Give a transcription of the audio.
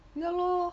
ya lor